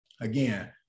again